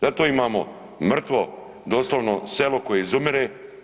Zato imamo mrtvo doslovno selo koje izumire.